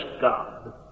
God